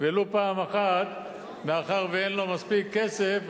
ולו פעם אחת מאחר שאין לו מספיק כסף.